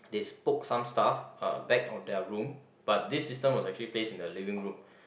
they spoke some stuff uh back on their room but this system was actually placed in their living room